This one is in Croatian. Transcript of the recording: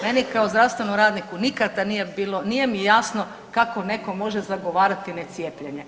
Meni kao zdravstvenom radniku nikada nije bilo, nije mi jasno kako netko može zagovarati necijepljenje.